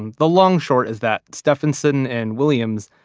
and the long-short is that stephenson and williams,